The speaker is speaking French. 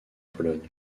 pologne